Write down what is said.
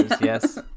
yes